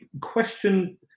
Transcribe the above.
question